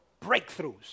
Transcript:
breakthroughs